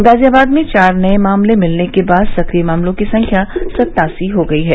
गाजियाबाद में चार नए मामले मिलने के बाद सक्रिय मामलों की संख्या सत्तासी हो गई है